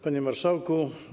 Panie Marszałku!